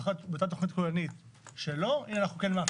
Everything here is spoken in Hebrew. בתכנית הכוללנית שלא אנחנו כן מאפשרים.